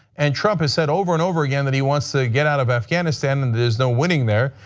and trump has said over and over again that he wants to get out of afghanistan and there is no winning there,